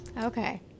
Okay